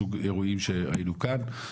בסוג אירוע שראינו כאן,